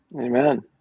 Amen